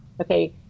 Okay